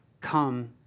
come